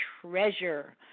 treasure